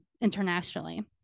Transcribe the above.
internationally